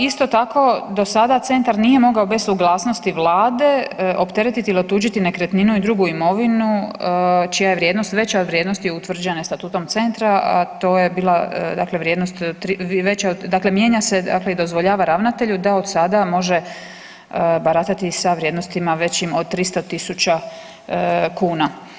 Isto tako do sada centar nije mogao bez suglasnosti vlade opteretiti ili otuđiti nekretninu i drugu imovinu čija je vrijednost veća od vrijednosti utvrđene statutom centra, a to je bila dakle vrijednost veća od, dakle mijenja se, dakle i dozvoljava ravnatelju da od sada može baratati sa vrijednostima većim od 300.000 kuna.